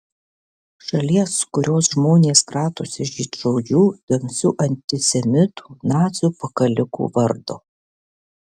šalies kurios žmonės kratosi žydšaudžių tamsių antisemitų nacių pakalikų vardo